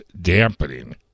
dampening